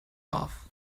off